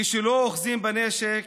כשלא אוחזים בנשק,